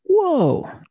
whoa